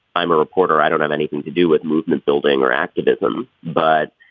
i'm a reporter i don't have anything to do with movement building or activism but